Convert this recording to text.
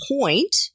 point